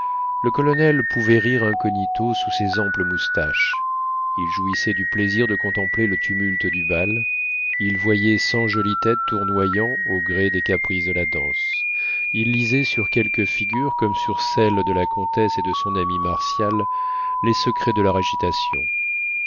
le colonel pouvait rire incognito sous ses amples moustaches il jouissait du plaisir de contempler le tumulte du bal il voyait cent jolies têtes tournoyant au gré des caprices de la danse il lisait sur quelques figures comme sur celles de la comtesse et de son ami martial les secrets de leur agitation